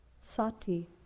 Sati